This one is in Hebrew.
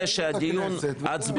שבע הצעות חוק,